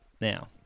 now